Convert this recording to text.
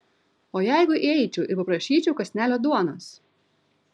o jeigu įeičiau ir paprašyčiau kąsnelio duonos